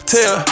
Tell